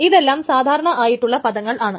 ഇതെല്ലാം സാധാരണ ആയിട്ടുള്ള പദങ്ങളാണ്